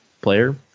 player